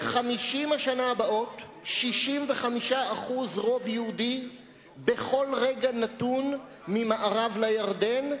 ב-50 השנה הבאות יהיה 65% רוב יהודי בכל רגע נתון ממערב לירדן,